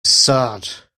sad